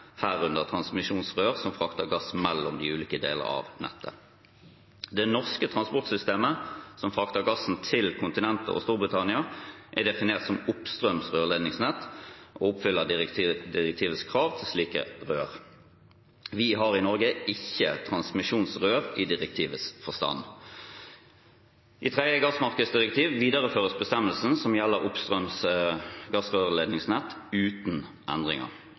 herunder transmisjonsrør som frakter gass mellom de ulike deler av nettet. Det norske transportsystemet som frakter gassen til kontinentet og Storbritannia, er definert som oppstrøms rørledningsnett og oppfyller direktivets krav til slike rør. Vi har i Norge ikke transmisjonsrør i direktivets forstand. I tredje gassmarkedsdirektiv videreføres bestemmelsen som gjelder oppstrøms gassrørledningsnett uten endringer.